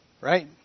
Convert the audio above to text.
right